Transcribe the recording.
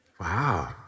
Wow